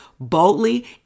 Boldly